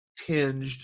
tinged